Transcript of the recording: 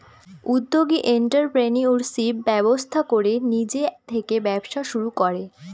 উদ্যোগী এন্ট্ররপ্রেনিউরশিপ ব্যবস্থা করে নিজে থেকে ব্যবসা শুরু করে